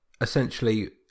essentially